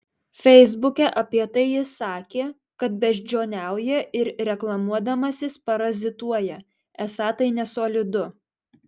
feisbuke apie tai jis sakė kad beždžioniauja ir reklamuodamasis parazituoja esą tai nesolidu